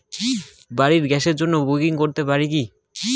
বাড়ির গ্যাসের জন্য বুকিং করতে পারি কি?